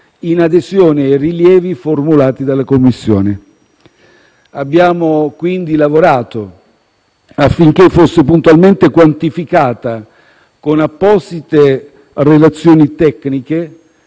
in adesione ai rilievi formulati dalla Commissione. Abbiamo quindi lavorato affinché fosse puntualmente quantificata, con apposite relazioni tecniche,